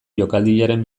jokaldiaren